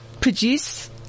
produce